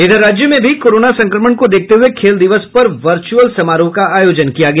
इधर राज्य में भी कोरोना संक्रमण को देखते हुये खेल दिवस पर वर्चुअल समारोह का आयोजन किया गया